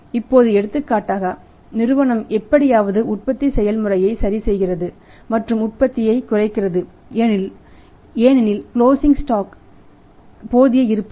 இப்போது எடுத்துக்காட்டாக நிறுவனம் எப்படியாவது உற்பத்தி செயல்முறையை சரி செய்கிறது மற்றும் உற்பத்தி குறைகிறது ஏனெனில் கிளோசிங் ஸ்டாக் இல் போதிய இருப்பு இல்லை